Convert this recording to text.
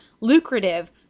lucrative